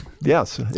Yes